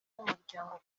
n’umuryango